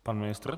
Pan ministr.